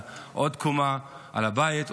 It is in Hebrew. עוד קומה על הבית,